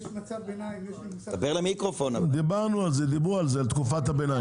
יש תקופת ביניים --- דיברו על תקופת הביניים.